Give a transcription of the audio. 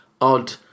odd